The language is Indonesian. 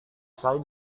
sekali